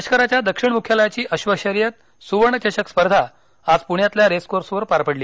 लष्कराच्या दक्षिण मुख्यालयाची अश्वशर्यत सुवर्ण चषक स्पर्धा आज पुण्यातल्या रेसकोर्सवर पार पडली